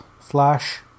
Flash